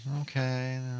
okay